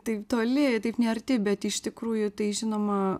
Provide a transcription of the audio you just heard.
taip toli taip nearti bet iš tikrųjų tai žinoma